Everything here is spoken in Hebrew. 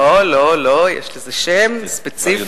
לא, יש לזה שם ספציפי,